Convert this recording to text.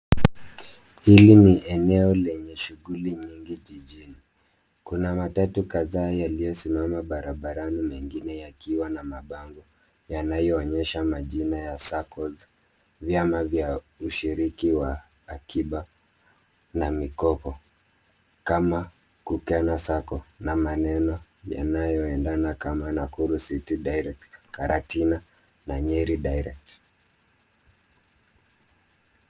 Hili ni eneo lenye shughuli nyingi jijini. Kuna matatu kadhaa yaliyosimama barabarani mengine yakiwa na mabango yanayoonyesha majina ya saccos , vyama vya ushiriki wa akiba na mikopo kama Kukena Sacco na maneno yanayoendana kama Nakuru City Direct, Karatina na Nyeri Direct.